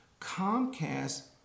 Comcast